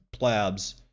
plabs